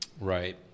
Right